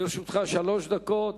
לרשותך שלוש דקות,